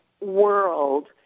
world